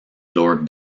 lord